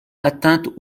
atteinte